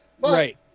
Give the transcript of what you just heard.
Right